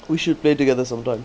we should play together sometime